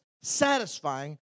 satisfying